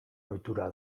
ohitura